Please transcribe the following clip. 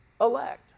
elect